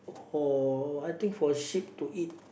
or I think for sheep to eat